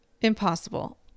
impossible